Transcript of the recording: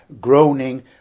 groaning